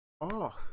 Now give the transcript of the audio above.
off